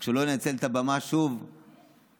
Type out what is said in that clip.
רק שלא ינצל את הבמה שוב לעשות